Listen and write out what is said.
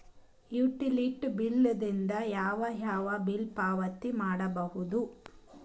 Utility bill ದಿಂದ ಯಾವ ಯಾವ ಬಿಲ್ ಪಾವತಿ ಮಾಡಬಹುದು?